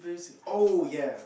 oh ya